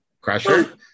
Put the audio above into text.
Crusher